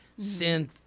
synth